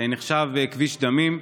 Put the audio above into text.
נחשב כביש דמים.